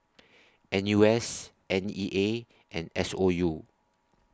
N U S N E A and S O U